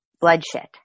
bloodshed